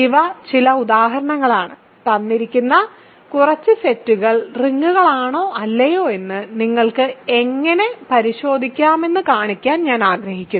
ഇവ ചില ഉദാഹരണങ്ങളാണ് തന്നിരിക്കുന്ന കുറച്ച് സെറ്റുകൾ റിങ്ങുകളാണോ അല്ലയോ എന്ന് നിങ്ങൾക്ക് എങ്ങനെ പരിശോധിക്കാമെന്ന് കാണിക്കാൻ ഞാൻ ആഗ്രഹിക്കുന്നു